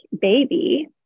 baby